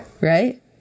Right